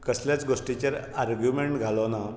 कसल्याच गोश्टीचेर आर्गुमेंट घालो ना